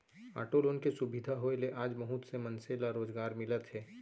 auto loan के सुबिधा होए ले आज बहुत से मनसे ल रोजगार मिलत हे